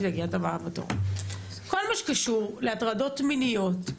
כל מה שקשור להטרדות מיניות,